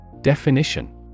Definition